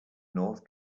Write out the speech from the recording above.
north